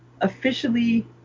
officially